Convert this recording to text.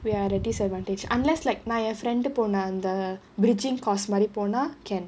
we are at a disadvantage unless like my friend போன அந்த:pona antha bridging course மாதிரி போன:maathiri pona can